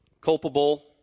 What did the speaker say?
culpable